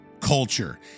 culture